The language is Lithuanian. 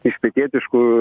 iš pietietiškų